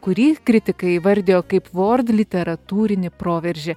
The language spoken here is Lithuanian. kurį kritikai įvardijo kaip vord literatūrinį proveržį